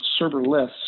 serverless